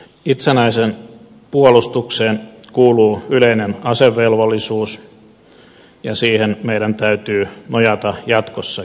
itsenäiseen puolustukseen kuuluu yleinen asevelvollisuus ja siihen meidän täytyy nojata jatkossakin